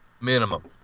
Minimum